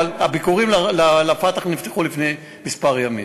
אבל הביקורים ל"פתח" נפתחו לפני כמה ימים,